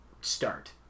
start